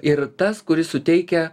ir tas kuris suteikia